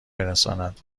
برساند